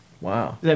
Wow